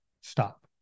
stop